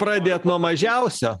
pradėt nuo mažiausio